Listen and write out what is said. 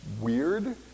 weird